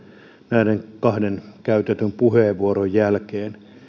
näiden kahden käytetyn puheenvuoron jälkeen